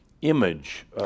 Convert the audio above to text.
image –